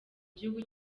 gihugu